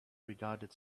regarded